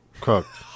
cook